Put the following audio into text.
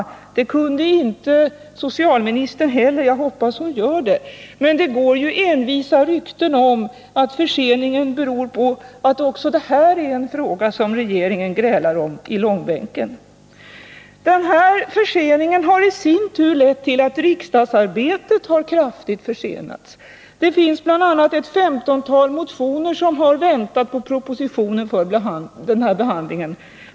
Det kunde inte socialministern heller — jag hoppas hon kommer att göra det. Det går ju envisa rykten om att förseningen beror på att också detta är en fråga som regeringen grälar om i långbänken. Den här förseningen har i sin tur lett till att riksdagsarbetet kraftigt försenats. Det finns bl.a. ett femtontal motioner som väntar på behandling i samband med propositionen.